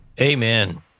Amen